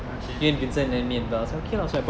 okay